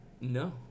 no